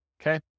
Okay